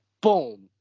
boom